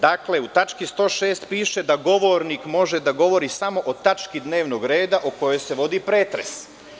Dakle, u tački 106. piše da govornik može da govori samo o tački dnevnog reda o kojoj se vodi pretres.